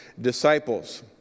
disciples